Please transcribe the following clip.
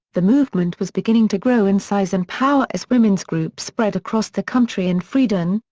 the movement was beginning to grow in size and power as women's group spread across the country and friedan,